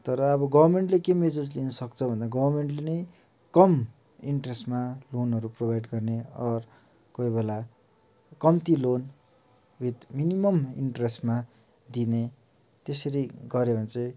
तर अब गभर्मेन्टले के मेसेज दिन सक्छ भने गभर्मेन्टले नै कम इन्ट्रेस्टमा लोनहरू प्रोभाइड गर्ने अगर कोही बेला कम्ती लोन विद मिनिमम् इन्ट्रेस्टमा दिने त्यसरी गर्यो भने चाहिँ